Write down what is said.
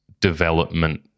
development